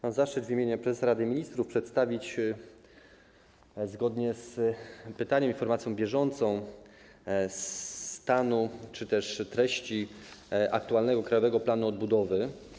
Mam zaszczyt w imieniu prezesa Rady Ministrów przedstawić, zgodnie z pytaniem, informację bieżącą na temat stanu czy też treści aktualnego Krajowego Planu Odbudowy.